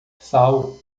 sal